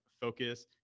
focus